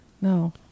No